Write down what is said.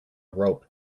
rope